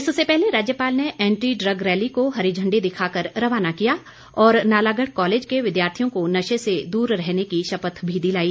इससे पहले राज्यपाल ने एंटी ड्रग रैली को हरी झंडी दिखाकर रवाना किया और नालागढ़ कॉलेज के विद्यार्थियों को नशे से दूर रहने की शपथ भी दिलाई